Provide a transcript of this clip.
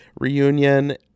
reunion